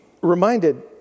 reminded